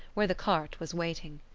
where the cart was waiting.